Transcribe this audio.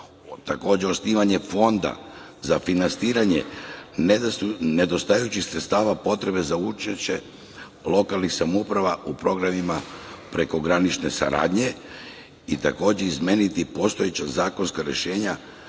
Zatim, osnivanje fonda za finansiranje nedostajućih sredstava za potrebe za učešće lokalnih samouprava u programima prekogranične saradnje i takođe izmeniti postojeća zakonska rešenja,